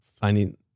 finding